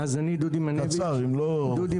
אני דודי מנביץ,